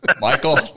Michael